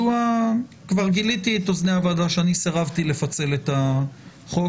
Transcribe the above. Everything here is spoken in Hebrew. כבר גיליתי את אוזני הוועדה שאני סירבתי לפצל את החוק